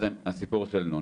אז הסיפור של נ'.